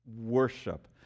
worship